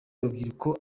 urubyiruko